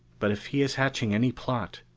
but if he is hatching any plot,